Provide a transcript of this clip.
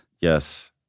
Yes